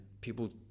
people